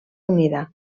unida